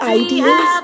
ideas